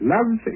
Love